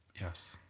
Yes